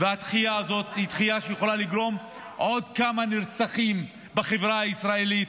הדחייה הזאת היא דחייה שיכולה לגרום לעוד כמה נרצחים בחברה הישראלית,